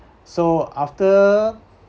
so after